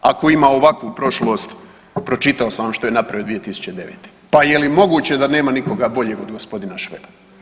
Ako ima ovakvu prošlost, pročitao sam vam što je napravio 2009. pa je li moguće da nema nikoga boljeg od g. Šveba?